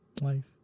life